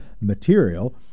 material